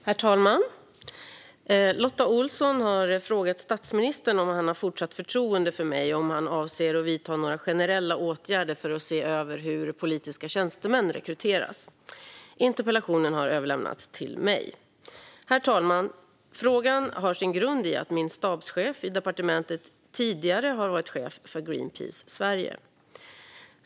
Herr talman! Lotta Olsson har frågat statsministern om han har fortsatt förtroende för mig och om han avser att vidta några generella åtgärder för att se över hur politiska tjänstemän rekryteras. Interpellationen har överlämnats till mig. Herr talman! Frågan har sin grund i att min stabschef i departementet tidigare har varit chef för Greenpeace Sverige.